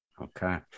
Okay